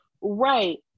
Right